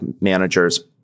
managers